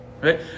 right